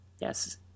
Yes